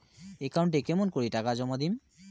একাউন্টে কেমন করি টাকা জমা দিম?